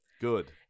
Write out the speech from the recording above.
Good